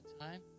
time